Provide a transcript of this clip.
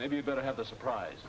maybe you'd better have a surprise